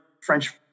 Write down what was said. French